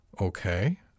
Okay